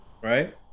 Right